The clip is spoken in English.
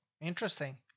interesting